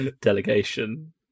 Delegation